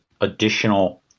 additional